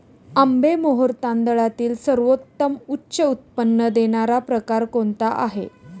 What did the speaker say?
आंबेमोहोर तांदळातील सर्वोत्तम उच्च उत्पन्न देणारा प्रकार कोणता आहे?